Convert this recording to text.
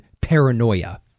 paranoia